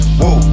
whoa